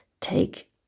Take